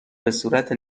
بهصورت